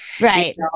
Right